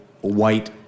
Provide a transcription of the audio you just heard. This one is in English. white